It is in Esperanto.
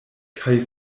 kaj